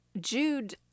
Jude